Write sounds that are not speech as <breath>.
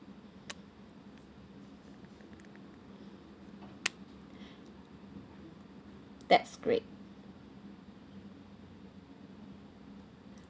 <breath> that's great